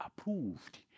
approved